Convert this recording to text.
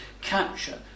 capture